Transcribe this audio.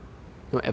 orh